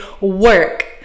work